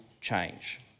change